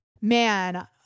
man